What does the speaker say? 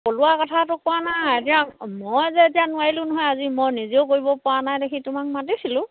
পলোৱা কথাটো কোৱা নাই এতিয়া মই যে এতিয়া নোৱাৰিলো নহয় মই আজি নিজেও কৰিব পৰা নাই দেখি তোমাক মাতিছিলোঁ